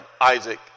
Isaac